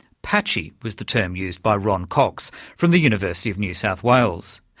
patchy, was the term used by ron cox from the university of new south wales.